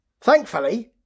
Thankfully